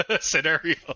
scenario